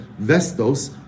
Vestos